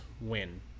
win